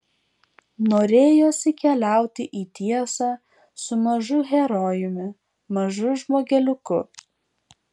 norėjosi keliauti į tiesą su mažu herojumi mažu žmogeliuku